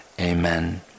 Amen